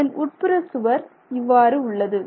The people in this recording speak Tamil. இதன் உட்புற சுவர் இவ்வாறு உள்ளது